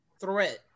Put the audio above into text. threat